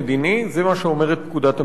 זה מה שאומרת פקודת המשטרה.